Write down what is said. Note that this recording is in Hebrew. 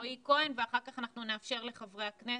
אנחנו נתחיל עם רועי כהן ואחר כך אנחנו נאפשר לחברי הכנסת,